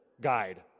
guide